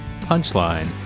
Punchline